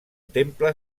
temple